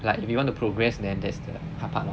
like if you want to progress then that's the hard part lah